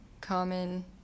common